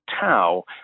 tau